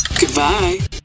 Goodbye